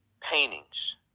paintings